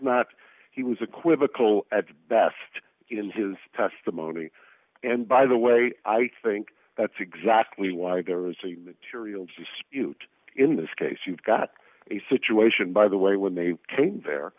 not he was equivocal at best in his testimony and by the way i think that's exactly why there is a material dispute in this case you've got a situation by the way when they came there